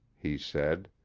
he said.